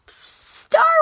Star